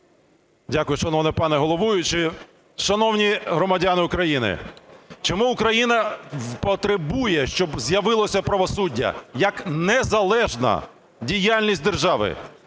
Дякую, шановний пане головуючий. Шановні громадяни України, чому Україна потребує, щоб з'явилося правосуддя як незалежна діяльність держави?